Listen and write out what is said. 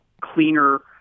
cleaner